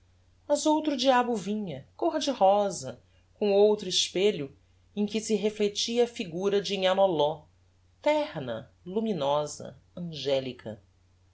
mas outro diabo vinha côr de rosa com outro espelho em que se reflectia a figura de nhã loló terna luminosa angelica